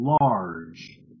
large